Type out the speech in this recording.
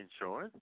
insurance